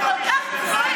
רק אתמול